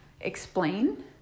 explain